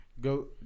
Go